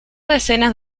decenas